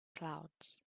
clouds